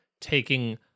taking